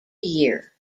year